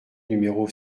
numéro